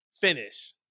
finish